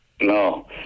No